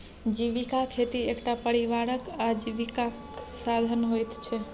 जीविका खेती एकटा परिवारक आजीविकाक साधन होइत छै